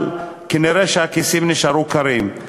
אבל כנראה הכיסים נשארו קרים.